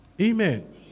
Amen